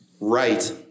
right